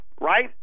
Right